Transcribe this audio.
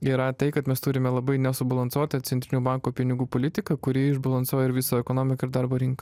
yra tai kad mes turime labai nesubalansuotą centrinio banko pinigų politiką kuri išbalansuoja ir visą ekonomiką ir darbo rinką